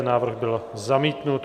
Návrh byl zamítnut.